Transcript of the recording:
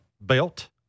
Belt